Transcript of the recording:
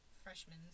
freshmen